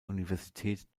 universität